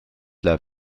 läheb